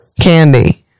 Candy